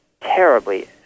terribly